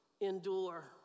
endure